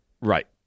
Right